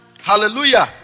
Hallelujah